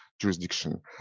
jurisdiction